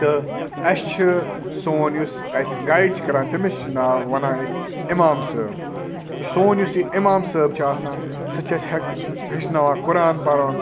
تہٕ اَسہِ چھِ سون یُس اَسہِ گایِڈ چھِ کَران تٔمِس چھِ ناو وَنان أسۍ اِمام صٲب تہٕ سون یُس یہِ اِمام صٲب چھُ آسان سُہ چھِ اَسہِ ہٮ۪ ہیٚچھناوان قۄران پَرُن